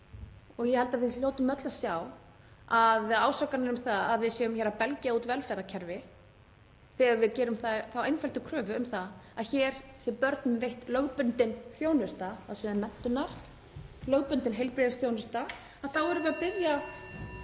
og ég held að við hljótum öll að sjá að ásakanir um að við séum hér að belgja út velferðarkerfi þegar við gerum þá einföldu kröfu að hér sé börnum veitt lögbundin þjónusta á sviði menntunar, lögbundin heilbrigðisþjónusta — þá erum við að biðja